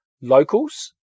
locals